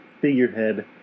figurehead